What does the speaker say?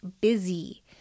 busy